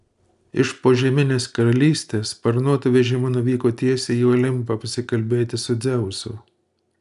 iš požeminės karalystės sparnuotu vežimu nuvyko tiesiai į olimpą pasikalbėti su dzeusu